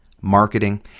marketing